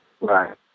Right